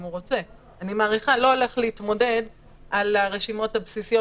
אם הוא רוצה על הרשימות הבסיסיות,